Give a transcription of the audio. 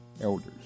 elders